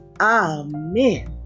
Amen